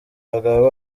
abagabo